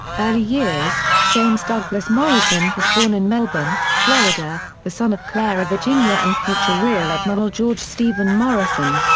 early years james douglas morrison was born in melbourne, florida, the son of clara virginia and future rear admiral george stephen morrison.